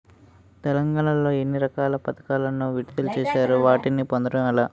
తెలంగాణ లో ఎన్ని రకాల పథకాలను విడుదల చేశారు? వాటిని పొందడం ఎలా?